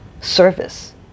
service